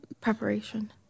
Preparation